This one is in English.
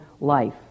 life